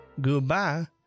goodbye